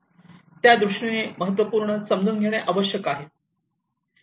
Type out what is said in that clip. त्या दृष्टीने महत्त्वपूर्ण समजून घेणे आवश्यक आहे